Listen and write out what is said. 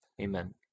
amen